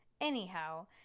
Anyhow